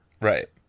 Right